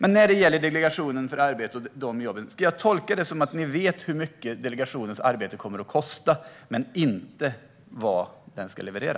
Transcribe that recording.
När det gäller delegationen för arbete och de jobben, ska jag tolka det som att ni vet hur mycket delegationens arbete kommer att kosta, men inte vad den ska leverera?